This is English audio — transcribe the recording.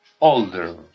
older